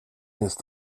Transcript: ist